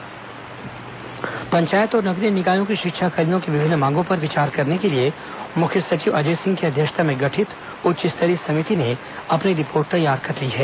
शिक्षाकर्मी समिति रिपोर्ट पंचायत और नगरीय निकायों के शिक्षाकर्मियों की विभिन्न मांगों पर विचार करने के लिए मुख्य सचिव अजय सिंह की अध्यक्षता में गठित उच्च स्तरीय समिति ने अपनी रिपोर्ट तैयार कर ली है